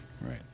right